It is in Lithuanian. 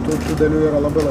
tų dalių yra labai